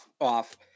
off